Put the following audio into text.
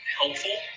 helpful